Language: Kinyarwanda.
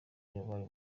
yahaye